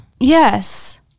Yes